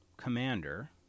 Commander